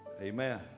Amen